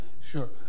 Sure